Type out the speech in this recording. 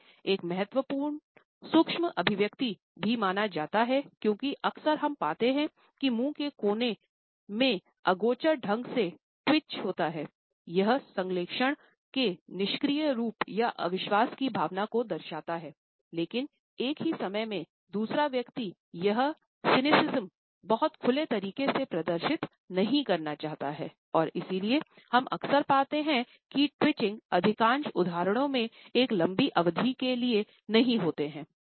इसे एक महत्वपूर्ण सूक्ष्म अभिव्यक्ति भी माना जाता है क्योंकि अक्सर हम पाते हैं कि मुंह के कोनों में अगोचर ढंग से ट्वीटच अधिकांश उदाहरणों में एक लंबी अवधि के लिए नहीं होते हैं